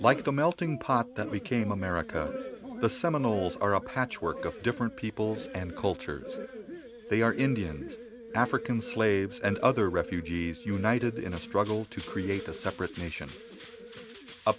like the melting pot that we came america the seminoles are a patchwork of different peoples and cultures they are indians african slaves and other refugees united in a struggle to create a separate nation a